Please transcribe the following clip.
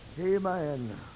Amen